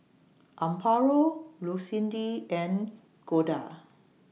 Amparo Lucindy and Golda